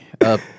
up